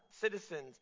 citizens